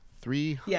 Three